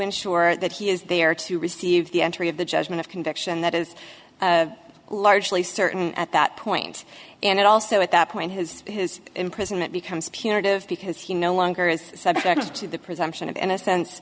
ensure that he is there to receive the entry of the judgment of conviction that is largely certain at that point and also at that point his his imprisonment becomes punitive because he no longer is subject to the presumption of innocence